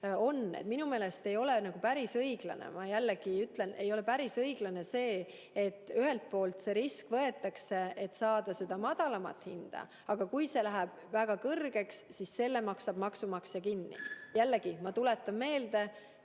on. Minu meelest ei ole päris õiglane see, ma jällegi ütlen, et ühelt poolt see risk võetakse, et saada seda madalamat hinda, aga kui hind läheb väga kõrgeks, siis selle maksab maksumaksja kinni. Jällegi, ma tuletan meelde,